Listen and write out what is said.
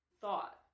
thought